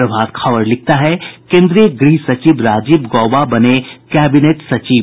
प्रभात खबर लिखता है केन्द्रीय गृह सचिव राजीव गौबा बने कैबिनेट सचिव